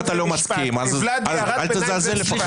אם אתה לא מסכים, אל תזלזל לפחות.